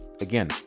again